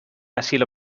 asilo